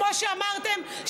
כמו שאמרתם,